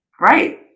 Right